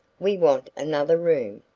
we want another room.